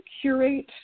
curate